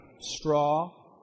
straw